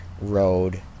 road